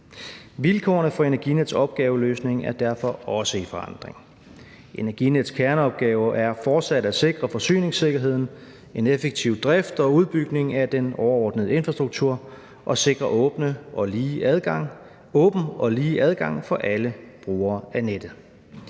Vilkårene for Energinets opgaveløsning er derfor nu også i forandring. Energinets kerneopgave er fortsat at sikre forsyningssikkerheden, en effektiv drift og udbygning af den overordnede infrastruktur og at sikre en åben og lige adgang for alle brugere af nettet.